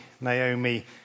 Naomi